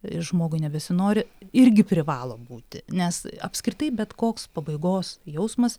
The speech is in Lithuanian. ir žmogui nebesinori irgi privalo būti nes apskritai bet koks pabaigos jausmas